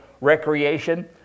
recreation